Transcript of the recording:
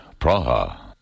Praha